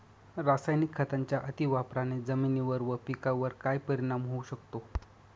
रासायनिक खतांच्या अतिवापराने जमिनीवर व पिकावर काय परिणाम होऊ शकतो?